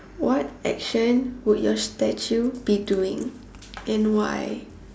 what action would your statue be doing and why